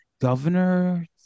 Governor